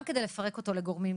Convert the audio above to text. גם כדי לפרק אותו לגורמים,